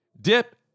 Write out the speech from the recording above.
dip